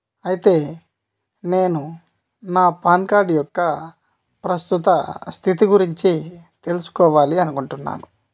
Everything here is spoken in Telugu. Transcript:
అయితే నేను నా పాన్కార్డ్ యొక్క ప్రస్తుత స్థితి గురించి తెలుసుకోవాలి అనుకుంటున్నాను